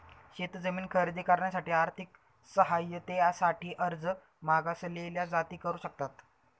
शेत जमीन खरेदी करण्यासाठी आर्थिक सहाय्यते साठी अर्ज मागासलेल्या जाती करू शकतात